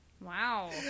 Wow